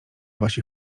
wasi